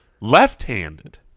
Left-handed